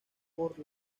por